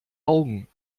augen